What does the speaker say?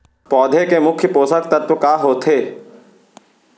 पौधे के मुख्य पोसक तत्व का होथे?